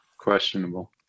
questionable